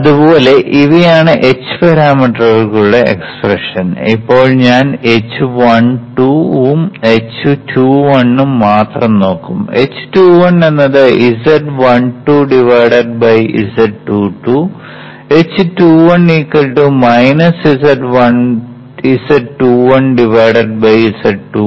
അതുപോലെ ഇവയാണ് h പാരാമീറ്ററുകൾക്കുള്ള എക്സ്പ്രഷനുകൾ ഇപ്പോൾ ഞാൻ h12 ഉം h21 ഉം മാത്രം നോക്കും h21 എന്നത് z12 z 22 h21 z21 z22 ആണ്